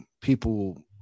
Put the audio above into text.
people